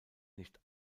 nicht